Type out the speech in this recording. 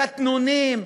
קטנוניים,